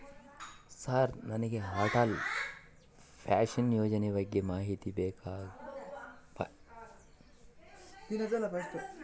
Sir ನನಗೆ Atal pension Yojana ಬಗ್ಗೆ ಮಾಹಿತಿ ಬೇಕಾಗ್ಯದ ಹೇಳ್ತೇರಾ?